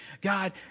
God